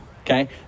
okay